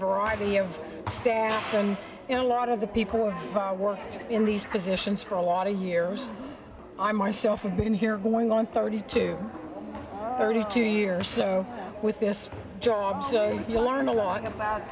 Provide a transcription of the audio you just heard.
variety of staff and you know a lot of the people who work in these positions for a lot of years i myself have been here going on thirty two thirty two years or so with this job so you learn a lot about